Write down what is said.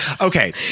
Okay